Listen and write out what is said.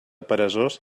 peresós